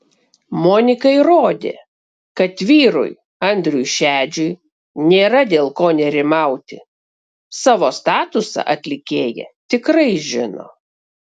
monika įrodė kad vyrui andriui šedžiui nėra dėl ko nerimauti savo statusą atlikėja tikrai žino